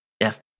Yes